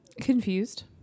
Confused